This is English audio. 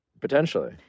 potentially